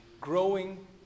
growing